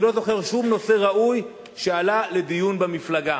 אני לא זוכר שום נושא ראוי שעלה לדיון במפלגה.